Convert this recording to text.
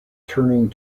turning